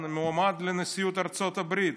המועמד לנשיאות ארצות הברית: